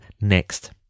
next